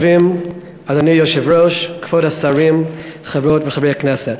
אדוני היושב-ראש, כבוד השרים, חברות וחברי הכנסת,